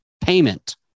payment